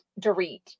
Dorit